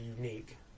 unique